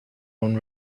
own